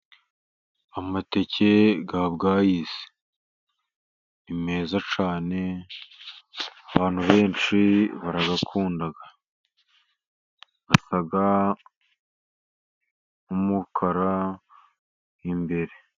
Amateke ya bwayisi ni meza cyane, abantu benshi barayakunda, asa nk'umukara imbere.